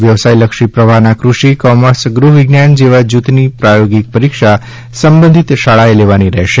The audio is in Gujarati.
વ્યવસાયલક્ષી પ્રવાહના ફ્ટષિ કોમર્સ ગૃહવિજ્ઞાન જેવા જૂથની પ્રાયોગિક પરીક્ષા સંબંધિત શાળાએ લેવાની રહેશે